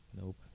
Nope